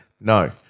No